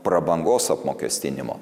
prabangos apmokestinimo